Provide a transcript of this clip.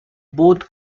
both